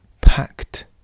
packed